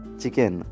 chicken